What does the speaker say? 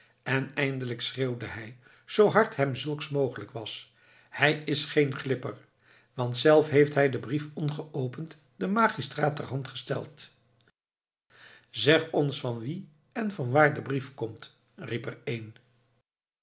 en eindelijk schreeuwde hij zoo hard hem zulks mogelijk was hij is geen glipper want zelf heeft hij den brief ongeopend den magistraat terhand gesteld zeg ons van wien en vanwaar de brief komt riep er een